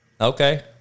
Okay